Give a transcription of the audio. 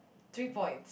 three points